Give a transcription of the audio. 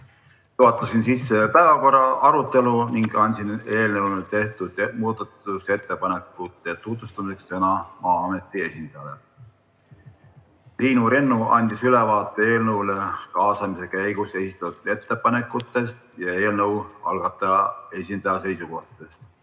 Juhatasin sisse päevakorra arutelu ning andsin eelnõu kohta tehtud muudatusettepanekute tutvustamiseks sõna Maa-ameti esindajale. Triinu Rennu andis ülevaate eelnõu kohta kaasamise käigus esitatud ettepanekutest ja eelnõu algataja esindaja seisukohtadest.